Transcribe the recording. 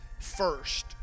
first